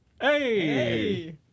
Hey